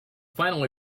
final